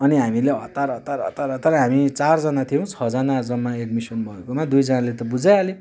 अनि हामीले हतार हतार हतार हतार हामी चारजना थियौँ छजना जम्मा एडमिसन भएकोमा दुईजनाले त बुझाइहाल्यो